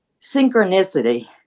Synchronicity